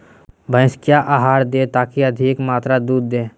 भैंस क्या आहार दे ताकि अधिक मात्रा दूध दे?